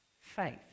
faith